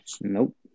Nope